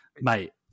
mate